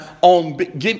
on